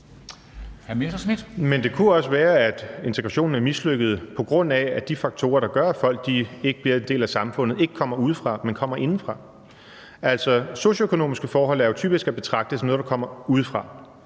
Men det kunne også være, at integrationen er mislykket, fordi de faktorer, der gør, at folk ikke bliver en del af samfundet, ikke kommer udefra, men kommer indefra. Altså, socioøkonomiske forhold er jo typisk at betragte som noget, der kommer udefra,